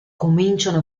cominciano